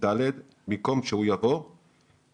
זאת בכל אופן התגובה שקיבלתי.